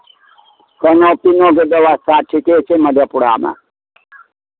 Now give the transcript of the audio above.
कहलहुँ तीनूके व्यवस्था ठीके छै मधेपुरामे